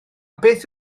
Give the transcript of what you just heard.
beth